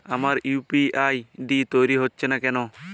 আমার UPI ID তৈরি হচ্ছে না কেনো?